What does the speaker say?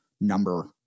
number